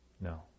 No